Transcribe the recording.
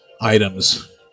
items